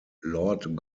lord